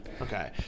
Okay